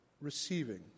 receiving